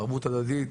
יש לנו ערבות הדדית,